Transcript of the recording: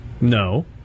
No